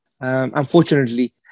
unfortunately